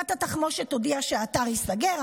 גבעת התחמושת הודיעה שהאתר ייסגר,